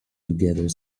together